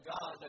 God